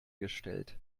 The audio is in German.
gestellt